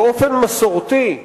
באופן מסורתי,